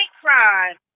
crime